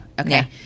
Okay